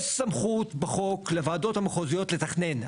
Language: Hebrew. יש סמכות בחוק לוועדות המחוזיות לתכנן.